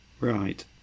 Right